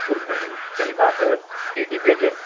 बिलकुल मैडम सही बात है सीढ़ी पहले